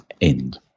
end